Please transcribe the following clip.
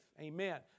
Amen